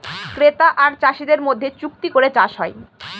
ক্রেতা আর চাষীদের মধ্যে চুক্তি করে চাষ হয়